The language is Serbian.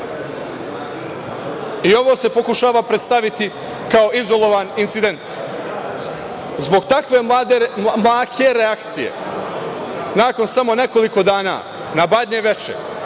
i ovo se pokušava predstaviti kao izolovan incident, zbog takve mlake reakcije, nakon samo nekoliko dana na Badnje veče